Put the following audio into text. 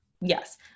yes